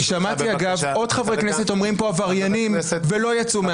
שמעתי כאן עוד חבר כנסת אומרים עבריינים ולא יצאו,